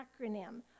acronym